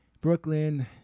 Brooklyn